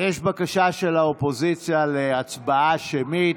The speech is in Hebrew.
יש בקשה של האופוזיציה להצבעה שמית.